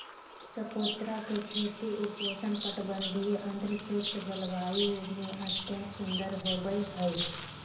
चकोतरा के खेती उपोष्ण कटिबंधीय, अर्धशुष्क जलवायु में अत्यंत सुंदर होवई हई